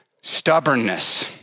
stubbornness